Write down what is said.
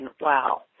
wow